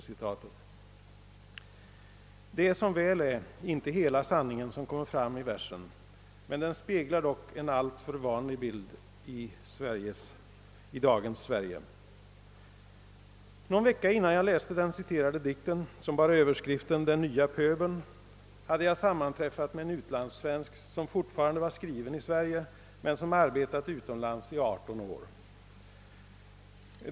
Det är, som väl är, inte hela sanningen som kommer fram i versen, men den speglar dock en alltför vanlig bild i dagens Sverige. Någon vecka innan jag läste den citerade dikten, som bär Ööverskriften »Den nya pöbeln», hade jag sammanträffat med en utlandssvensk som fortfarande är skriven i Sverige men som arbetat utomlands i 18 år.